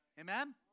Amen